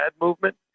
movement